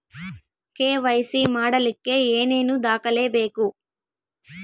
KYC ಮಾಡಲಿಕ್ಕೆ ಏನೇನು ದಾಖಲೆಬೇಕು?